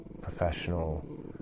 professional